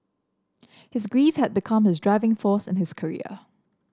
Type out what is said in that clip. his grief had become his driving force in his career